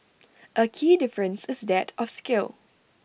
A key difference is that of scale